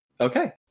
Okay